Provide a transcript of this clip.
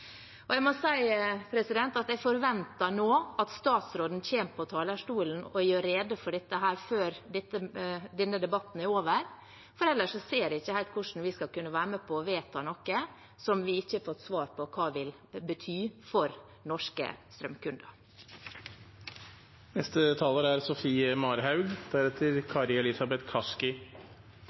Jeg må si at jeg nå forventer at statsråden kommer på talerstolen og gjør rede for dette før denne debatten er over, for ellers ser jeg ikke helt hvordan vi skal kunne være med på å vedta noe som vi ikke har fått svar på hva vil bety for norske strømkunder. Representanten Sofie Marhaug